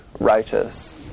righteous